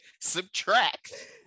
subtract